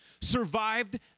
survived